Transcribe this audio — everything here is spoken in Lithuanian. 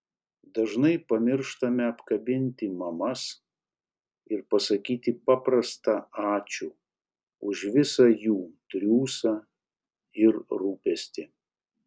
dažnai pamirštame apkabinti mamas ir pasakyti paprastą ačiū už visą jų triūsą ir rūpestį